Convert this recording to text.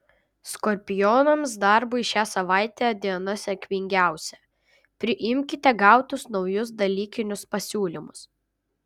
skorpionams darbui šią savaitę diena sėkmingiausia priimkite gautus naujus dalykinius pasiūlymus